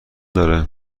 داره